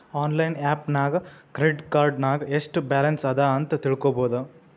online app ನಾಗ್ credit card ನಾಗ್ ಎಸ್ಟ್ ಬ್ಯಾಲನ್ಸ್ ಅದಾ ಅಂತ್ ತಿಳ್ಕೊಬೋದು